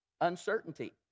uncertainty